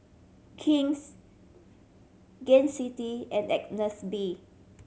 King's Gain City and Agnes B